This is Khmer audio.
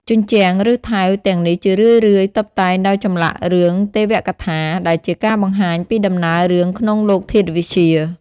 ជញ្ជាំងឬ ថែវទាំងនេះជារឿយៗតុបតែងដោយចម្លាក់រឿងទេវកថា ដែលជាការបង្ហាញពីដំណើររឿងក្នុងលោកធាតុវិទ្យា។